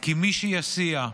כי מי שיסיע,